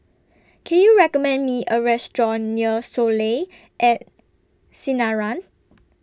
Can YOU recommend Me A Restaurant near Soleil At Sinaran